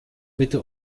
bitte